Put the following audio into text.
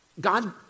God